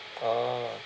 ah